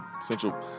Central